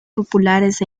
populares